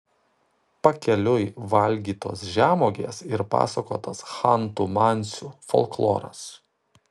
pakeliui valgytos žemuogės ir pasakotas chantų mansių folkloras